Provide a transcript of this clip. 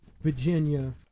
Virginia